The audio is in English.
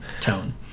tone